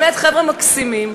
באמת חבר'ה מקסימים,